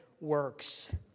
works